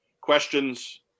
questions